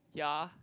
ya